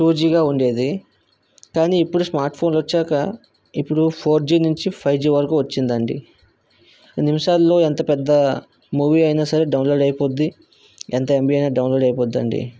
to జీగా ఉండేది కానీ ఇప్పుడు స్మార్ట్ ఫోను వచ్చాక ఇప్పుడు ఫోర్ జీ నుంచి ఫైవ్ జీ వరకు వచ్చిందండి నిమిషాల్లో ఎంత పెద్ద మూవీ అయినా సరే డౌన్లోడ్ అయిపోతుంది ఎంత ఎంబి అయినా డౌన్లోడ్ అయిపోద్దండి